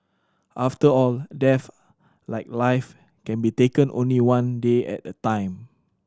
after all death like life can be taken only one day at a time